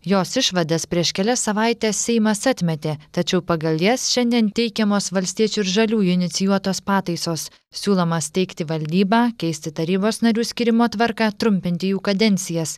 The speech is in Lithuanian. jos išvadas prieš kelias savaites seimas atmetė tačiau pagal jas šiandien teikiamos valstiečių ir žaliųjų inicijuotos pataisos siūloma steigti valdybą keisti tarybos narių skyrimo tvarką trumpinti jų kadencijas